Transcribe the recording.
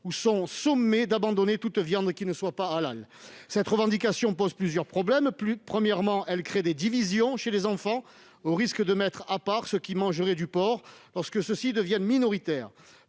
ou sont sommées d'abandonner toute viande qui ne soit pas halal. Les revendications de ce type posent plusieurs problèmes. Avant tout, elles créent des divisions chez les enfants, au risque de mettre à part ceux qui mangeraient du porc, quand ils deviennent minoritaires.